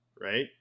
right